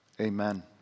amen